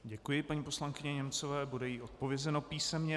Děkuji paní poslankyni Němcové, bude jí odpovězeno písemně.